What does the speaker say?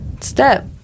step